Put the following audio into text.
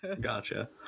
gotcha